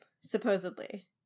supposedly